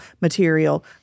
material